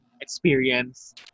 experience